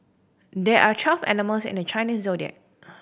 there are twelve animals in the Chinese Zodiac